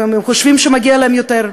חושבים שמגיע להם יותר.